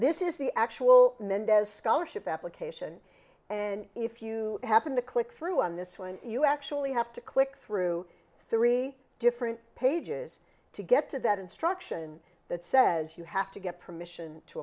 this is the actual mendez scholarship application and if you happen to click through on this one you actually have to click through three different pages to get to that instruction that says you have to get permission to